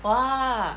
!wah!